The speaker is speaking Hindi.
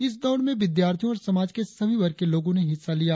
इस दौड़ में विद्यार्थियों और समाज के सभी वर्ग के लोगों ने हिस्सा लिया